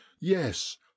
yes